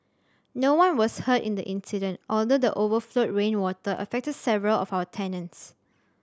no one was hurt in the incident although the overflowed rainwater affected several of our tenants